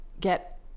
get